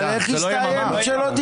זאת לא יממה.